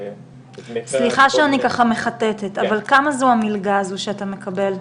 סליחה, כמה זו המלגה הזו שאתה מקבל?